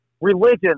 religion